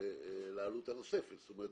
לעלוּת הנוספת.